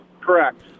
Correct